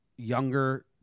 younger